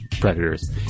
Predators